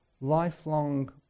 lifelong